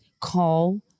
call